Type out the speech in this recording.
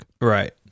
Right